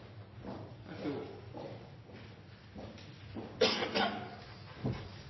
Vær så